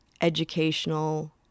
educational